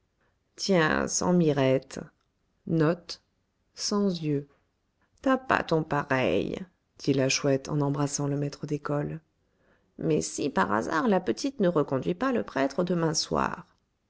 tiens sans mirettes t'as pas ton pareil dit la chouette en embrassant le maître d'école mais si par hasard la petite ne reconduit pas le prêtre demain soir